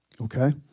Okay